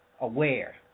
aware